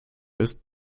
ist